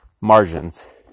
margins